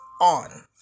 on